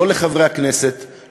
לא לחברי הכנסת,